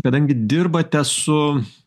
kadangi dirbate su